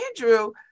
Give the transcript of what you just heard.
andrew